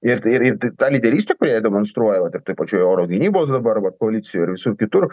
ir tai ir tai ta lyderystė kurią jie demonstruoja vat ir toj pačioj oro gynybos dabar vat koalicijoj ir visur kitur